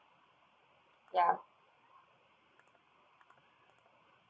ya